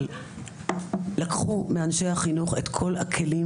אבל לקחו מאנשי החינוך את כל הכלים